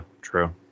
true